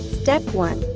step one.